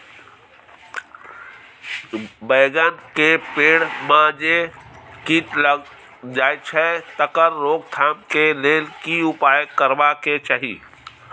बैंगन के पेड़ म जे कीट लग जाय छै तकर रोक थाम के लेल की उपाय करबा के चाही?